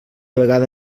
vegada